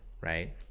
right